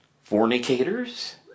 fornicators